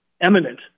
eminent